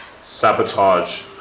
sabotage